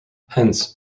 hence